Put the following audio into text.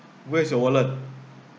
where is your wallet